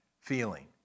feeling